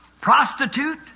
prostitute